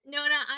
Nona